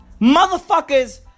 Motherfuckers